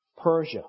Persia